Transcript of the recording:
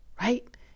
right